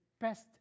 best